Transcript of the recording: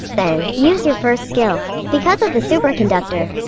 then, use your first skill. because of the superconductor,